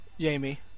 Jamie